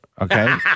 Okay